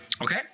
Okay